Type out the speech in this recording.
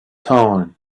time